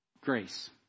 grace